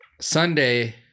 Sunday